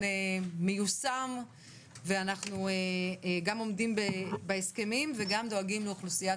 מיושם ואנחנו גם עומדים בהסכמים וגם דואגים לאוכלוסיית